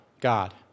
God